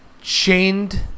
Chained